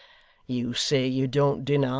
you say you don't deny.